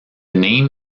name